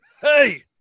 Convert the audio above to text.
hey